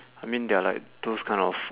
I mean there are like those kind of